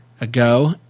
ago